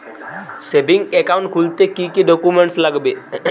Savings account খুলতে কি কি ডকুমেন্টস লাগবে?